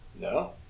No